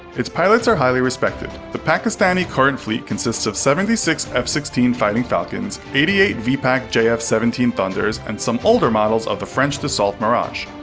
its pilots are highly respected. the pakistani current fleet consists of seventy six f sixteen fighting falcons, eighty eight pac jf seventeen thunders, and some older models of the french dassault mirage.